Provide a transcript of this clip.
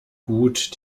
gut